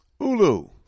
Ulu